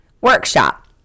workshop